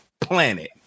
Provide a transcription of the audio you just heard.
planet